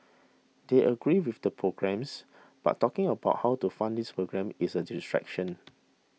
they agree with the programmes but talking about how to fund these programmes is a distraction